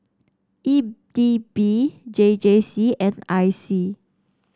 E D B J J C and I C